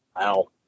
Wow